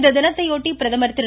இத்தினத்தையொட்டி பிரதமர் திரு